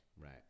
Right